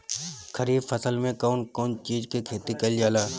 खरीफ फसल मे कउन कउन चीज के खेती कईल जाला?